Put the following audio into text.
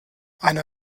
eine